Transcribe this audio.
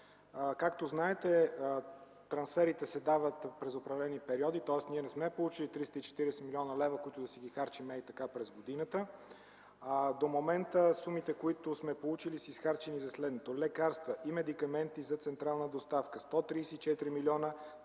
Както знаете, трансферите се дават през определени периоди, тоест ние не сме получили 340 млн. лв., които да си харчим ей така през годината. До момента сумите, които сме получили, са изхарчени за следното: лекарства и медикаменти за централна доставка – 134 млн.